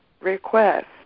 request